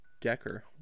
Decker